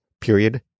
period